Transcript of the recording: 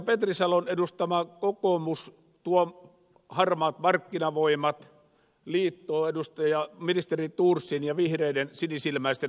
petri salon edustama kokoomus tuo harmaat markkinavoimat liittoon ministeri thorsin ja vihreiden sinisilmäisten arvojen kanssa